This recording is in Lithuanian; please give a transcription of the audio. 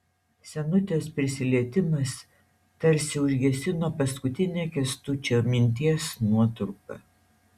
senutės prisilietimas tarsi užgesino paskutinę kęstučio minties nuotrupą